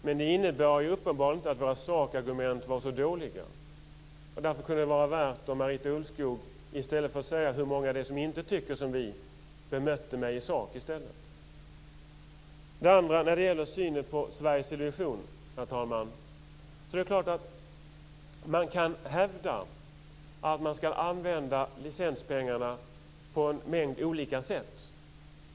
Men det innebär uppenbarligen inte att våra sakargument var så dåliga. Därför kunde det vara värdefullt om Marita Ulvskog bemötte mig i sak i stället för att tala om hur många det är som inte tycker som Moderaterna. Herr talman! När det gäller synen på Sveriges Television kan man hävda att licenspengarna skall användas på en mängd olika sätt.